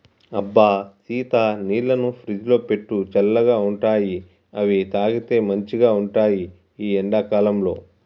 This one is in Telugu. అబ్బ సీత నీళ్లను ఫ్రిజ్లో పెట్టు చల్లగా ఉంటాయిఅవి తాగితే మంచిగ ఉంటాయి ఈ ఎండా కాలంలో